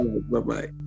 Bye-bye